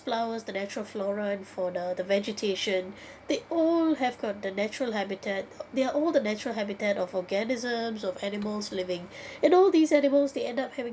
flowers the natural flora and fauna the vegetation they all have got the natural habitat they are all the natural habitat of organisms of animals living and all these animals they end up having